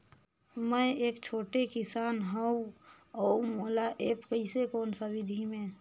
मै एक छोटे किसान हव अउ मोला एप्प कइसे कोन सा विधी मे?